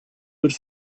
would